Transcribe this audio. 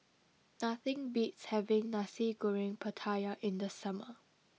nothing beats having Nasi Goreng Pattaya in the summer